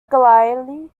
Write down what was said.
galilei